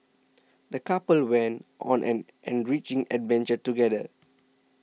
the couple went on an enriching adventure together